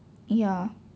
ya